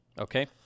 Okay